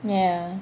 ya